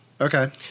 Okay